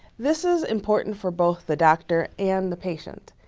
this is important for both the doctor and the patient.